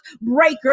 breaker